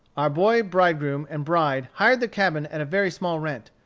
our boy bridegroom and bride hired the cabin at a very small rent.